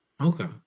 Okay